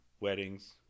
weddings